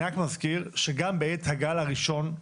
אני רק מזכיר שגם בעת הגל הראשון,